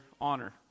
honor